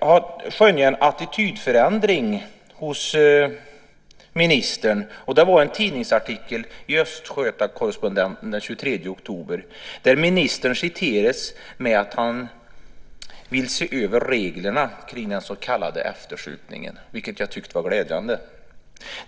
jag skönjer en attitydförändring hos ministern. Det var en tidningsartikel i Östgöta-Correspondenten den 23 oktober där ministern citerades med att han vill se över reglerna kring den så kallade eftersupningen, vilket jag tyckte var glädjande.